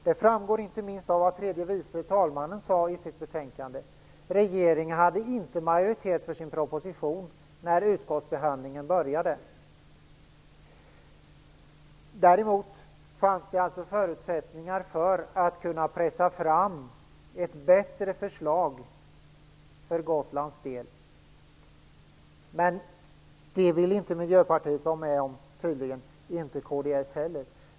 Det framgår inte minst av vad tredje vice talmannen sade, nämligen att regeringen inte hade majoritet för sin proposition när utskottsbehandlingen började. Däremot fanns det alltså förutsättningar för att kunna pressa fram ett bättre förslag för Gotlands del. Men det ville inte Miljöpartiet vara med om, och inte kds heller.